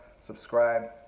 subscribe